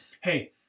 hey